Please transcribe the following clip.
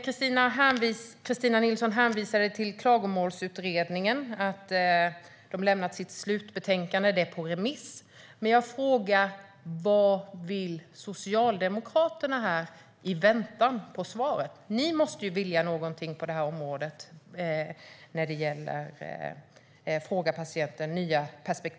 Kristina Nilsson hänvisade till att Klagomålsutredningen lämnat sitt slutbetänkande Fråga patienten - Nya perspektiv i klagomål och tillsyn , som är på remiss. Men vad vill Socialdemokraterna göra i väntan på remissvaren? Ni måste ju vilja någonting på det här området.